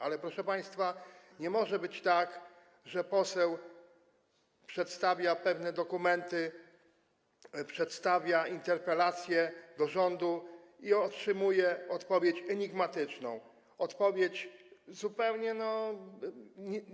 Ale proszę państwa, nie może być tak, że poseł przedstawia pewne dokumenty, przedstawia interpelację do rządu i otrzymuje odpowiedź enigmatyczną, odpowiedź zupełnie nielogiczną.